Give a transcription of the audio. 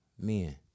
Men